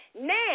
Now